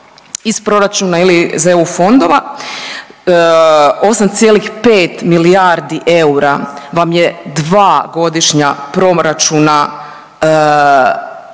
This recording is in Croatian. iz proračuna ili iz EU fondova 8,5 milijardi eura vam je dva godišnja proračuna